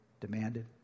demanded